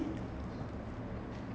what என்னது:ennathu